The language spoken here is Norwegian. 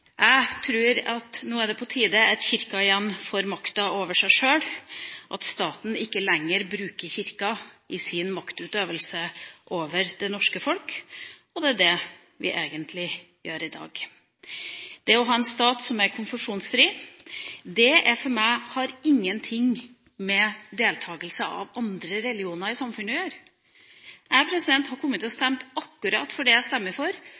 Jeg tror at det nå er på tide at Kirka igjen får makta over seg sjøl, og at staten ikke lenger bruker Kirka i sin maktutøvelse over det norske folk. Og det er egentlig det vi avgjør i dag. Det å ha en stat som er konfesjonsfri, har for meg ingenting med deltakelse av andre religioner i samfunnet å gjøre. Jeg hadde kommet til å stemme for akkurat det jeg stemmer for,